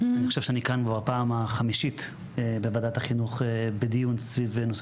אני חושב שאני פעם חמישית בוועדת החינוך בדיון סביב נושא